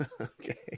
okay